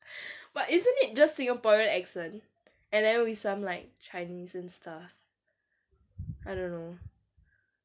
but isn't it just singaporean accent and then with some like chinese and stuff I don't know